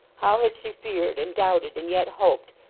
how had she feared, and doubted, and yet hoped,